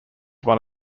one